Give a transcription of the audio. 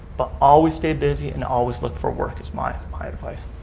but always stay busy and always look for work is my my advice.